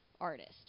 artist